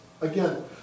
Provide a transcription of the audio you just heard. Again